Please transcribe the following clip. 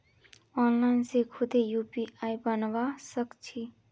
online से खुदे UPI बनवा सक छी